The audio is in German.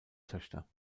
töchter